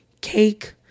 cake